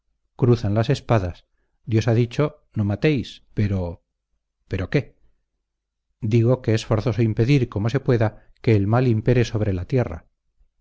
cruzan las espadas dios ha dicho no matéis pero pero qué digo que es forzoso impedir como se pueda que el mal impere sobre la tierra